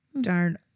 Darn